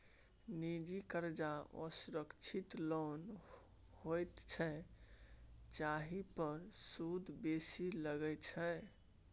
निजी करजा असुरक्षित लोन होइत छै जाहि पर सुद बेसी लगै छै